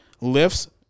lifts